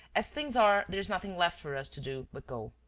as things are, there is nothing left for us to do but go.